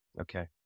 Okay